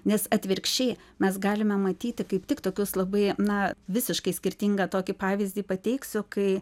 nes atvirkščiai mes galime matyti kaip tik tokius labai na visiškai skirtingą tokį pavyzdį pateiksiu kai